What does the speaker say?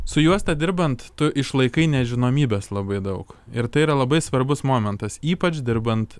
su juosta dirbant tu išlaikai nežinomybės labai daug ir tai yra labai svarbus momentas ypač dirbant